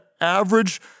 average